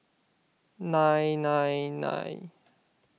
nine nine nine